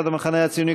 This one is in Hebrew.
המחנה הציוני,